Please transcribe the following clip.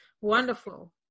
wonderful